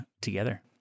together